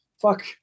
fuck